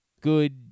good